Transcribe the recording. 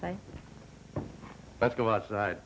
say let's go outside